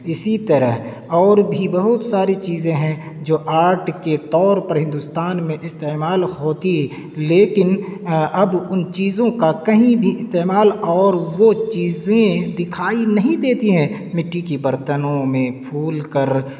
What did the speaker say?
اسی طرح اور بھی بہت ساری چیزیں ہیں جو آرٹ کے طور پر ہندوستان میں استعمال ہوتی لیکن اب ان چیزوں کا کہیں بھی استعمال اور وہ چیزیں دکھائی نہیں دیتی ہیں مٹی کے برتنوں میں پھول کر